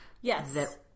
Yes